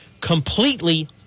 completely